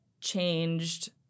changed